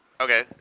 Okay